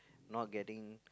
not getting